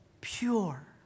pure